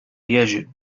يجب